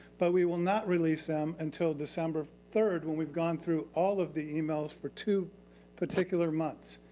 but we will not release um until december third when we've gone through all of the emails for two particular months.